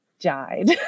died